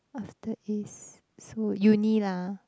after A's so uni lah